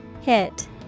Hit